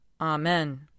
Amen